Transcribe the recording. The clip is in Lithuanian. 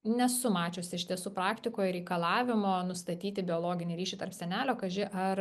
nesu mačiusi iš tiesų praktikoj reikalavimo nustatyti biologinį ryšį tarp senelio kaži ar